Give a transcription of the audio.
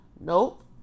Nope